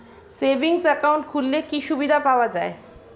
Savings account খুললে কি সুবিধা পাওয়া যায়?